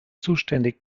zuständig